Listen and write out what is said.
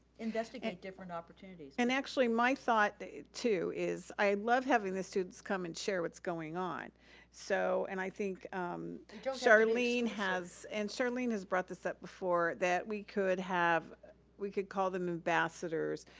investigate different opportunities. and actually, my thought too is i love having the students come and share what's going on so and i think charlene has and charlene has brought this up before that we could we could call them ambassadors.